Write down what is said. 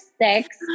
six